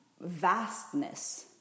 vastness